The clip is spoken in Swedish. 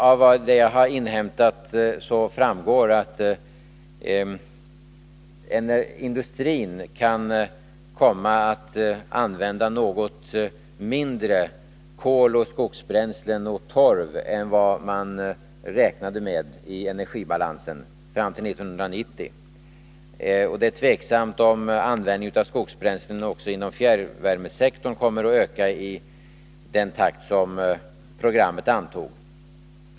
Av vad jag har inhämtat framgår att industrin kan komma att använda något mindre kol, skogsbränslen och torv fram till 1990 än vad man räknade med i energibalansen. Det är tveksamt om användningen av skogsbränslen också inom fjärrvärmesektorn kommer att öka i den takt som antogs i programmet.